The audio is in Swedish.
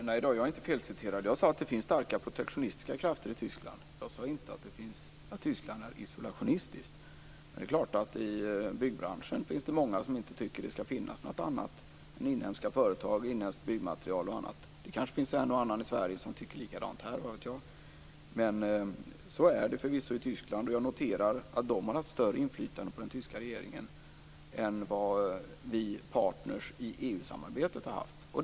Fru talman! Nej, jag är inte felciterad. Jag sade att det finns starka protektioniska krafter i Tyskland men jag sade inte att Tyskland är isolationistiskt. Det är klart att det i byggbranschen finns många som inte tycker att det skall finnas något annat än inhemska företag, inhemskt byggmaterial osv. Det kanske finns en och annan i Sverige som tycker likadant - vad vet jag? Så är det förvisso i Tyskland. Jag noterar att de har haft större inflytande på den tyska regeringen än vad vi partner i EU-samarbetet har haft.